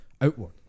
outward